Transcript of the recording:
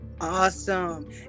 Awesome